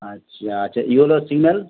আচ্ছা আচ্ছা yellow signal